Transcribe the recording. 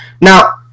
Now